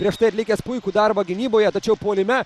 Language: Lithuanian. prieš tai atlikęs puikų darbą gynyboje tačiau puolime